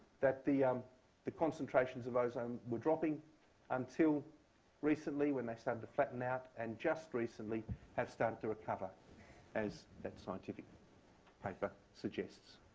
that the um the concentrations of ozone were dropping until recently, when they started to flatten out, and just recently have started to recover as that scientific paper suggests.